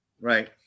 right